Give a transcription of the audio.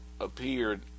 appeared